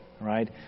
right